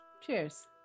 Cheers